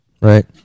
Right